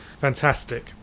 fantastic